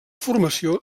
formació